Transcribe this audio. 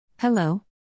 Hello